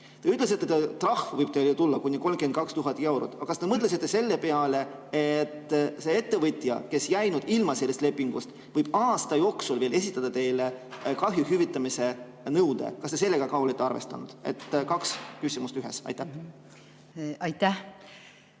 Te ütlesite, et trahv võib teile tulla kuni 32 000 eurot, aga kas te mõtlesite selle peale, et see ettevõtja, kes jäi nüüd ilma sellest lepingust, võib teile aasta jooksul veel esitada kahju hüvitamise nõude? Kas te sellega olete arvestanud? Kaks küsimust ühes. Aitäh! Jaa,